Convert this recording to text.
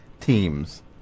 teams